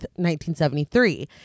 1973